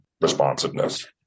responsiveness